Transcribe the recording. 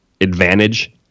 advantage